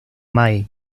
mai